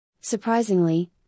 Surprisingly